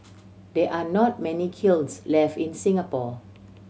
there are not many kilns left in Singapore